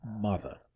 mother